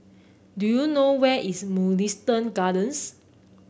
do you know where is Mugliston Gardens